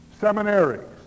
seminaries